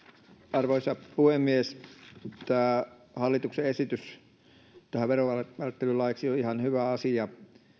arvoisa puhemies tämä hallituksen esitys veronvälttelylaiksi on ihan hyvä asia